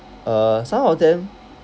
uh some of them